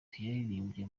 yaririmbye